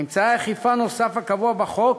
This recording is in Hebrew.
אמצעי אכיפה נוסף הקבוע בחוק